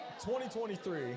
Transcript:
2023